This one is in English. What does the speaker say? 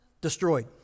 Destroyed